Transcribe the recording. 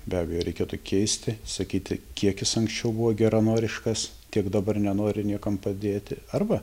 be abejo reikėtų keisti sakyti kiek jis anksčiau buvo geranoriškas tiek dabar nenori niekam padėti arba